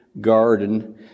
garden